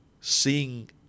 seeing